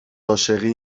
عاشقی